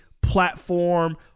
platform